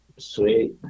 Sweet